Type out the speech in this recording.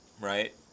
right